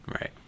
Right